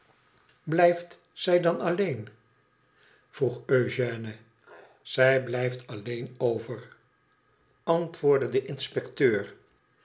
blijft zij dan alleen vroeg eugène t zij blijft alleen over antwoordde de inspecteur